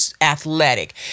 athletic